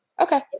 Okay